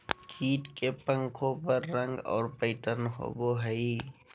कीट के पंखों पर रंग और पैटर्न होबो हइ